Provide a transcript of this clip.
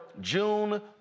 June